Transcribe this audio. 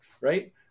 right